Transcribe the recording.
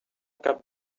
cap